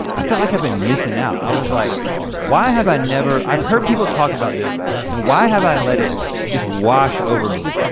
i feel like i've been missing out. i was like why have i never, i've heard people talk about this and why have i let it just wash over me?